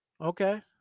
Okay